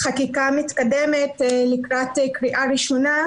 שהחקיקה מתקדמת לקראת קריאה ראשונה,